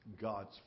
God's